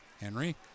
Henry